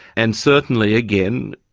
and certainly, again,